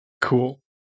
Cool